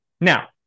Now